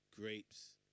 Grapes